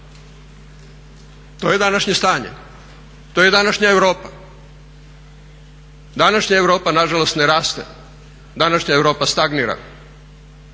To je današnje stanje, to je današnja Europa. Današnja Europa nažalost ne raste, današnja Europa stagnira.